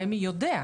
רמ"י יודע,